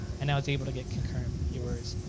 and i was able to get concurrent viewers.